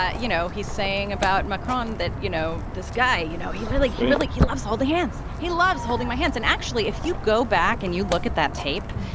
ah you know, he's saying about macron that, you know, this guy, you know, like he really he loves holding hands. he loves holding my hands. and actually if you go back and you look at that tape,